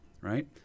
right